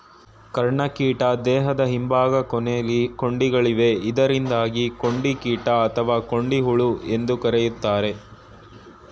ಕರ್ಣಕೀಟ ದೇಹದ ಹಿಂಭಾಗ ಕೊನೆಲಿ ಕೊಂಡಿಗಳಿವೆ ಇದರಿಂದಾಗಿ ಕೊಂಡಿಕೀಟ ಅಥವಾ ಕೊಂಡಿಹುಳು ಅಂತ ಕರೀತಾರೆ